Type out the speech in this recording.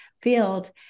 field